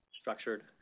structured